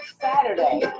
Saturday